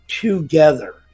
together